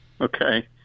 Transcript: Okay